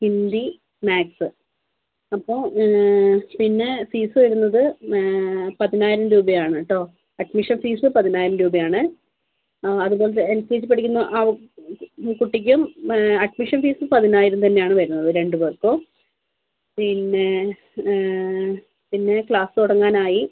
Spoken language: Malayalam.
ഹിന്ദി മാക്സ് അപ്പോൾ പിന്നെ ഫീസ് വരുന്നത് പതിനായിരം രൂപയാണ് കേട്ടോ അഡ്മിഷൻ ഫീസ് പതിനായിരം രൂപയാണ് അതുപോലെ എൽ കെ ജി പഠിക്കുന്ന അ കുട്ടിക്കും അഡ്മിഷൻ ഫീസ് പതിനായിരം തന്നെയാണ് വരുന്നത് രണ്ട് പേർക്കും പിന്നേ പിന്നെ ക്ലാസ് തുടങ്ങാനായി